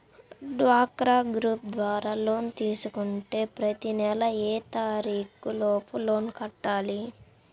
డ్వాక్రా గ్రూప్ ద్వారా లోన్ తీసుకుంటే ప్రతి నెల ఏ తారీకు లోపు లోన్ కట్టాలి?